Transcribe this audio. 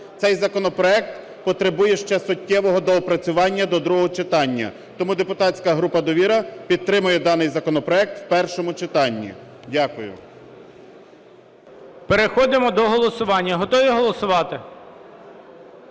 Цей законопроект потребує ще суттєвого доопрацювання до другого читання. Тому депутатська група "Довіра" підтримує даний законопроект в першому читанні. Дякую. ГОЛОВУЮЧИЙ. Переходимо до голосування. Готові голосувати?